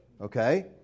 okay